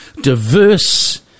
diverse